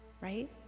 right